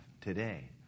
today